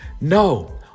No